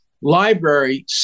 library